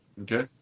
Okay